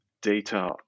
data